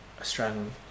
Australian